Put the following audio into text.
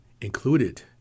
included